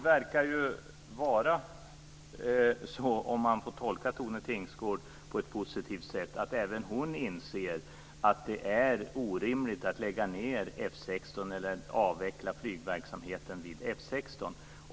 Fru talman! Om jag får tolka Tone Tingsgård på ett positivt sätt verkar det vara så att även hon inser att det är orimligt att lägga ned F 16 eller att avveckla flygverksamheten där.